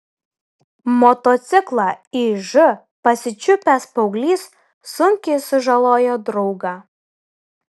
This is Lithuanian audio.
motociklą iž pasičiupęs paauglys sunkiai sužalojo draugą